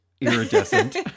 Iridescent